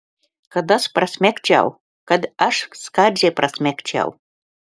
kad aš prasmegčiau kad aš skradžiai prasmegčiau